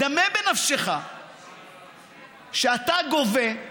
דמה בנפשך שאתה גובה,